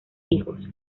hijos